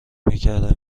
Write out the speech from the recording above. میکردم